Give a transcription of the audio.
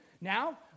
Now